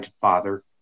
father